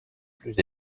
plus